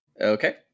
Okay